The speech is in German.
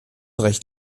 recht